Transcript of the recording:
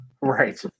right